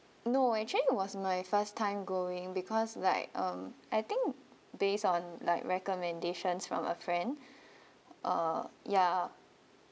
no actually it was my first time going because like um I think based on like recommendations from a friend uh ya